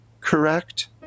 correct